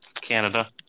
Canada